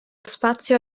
spazio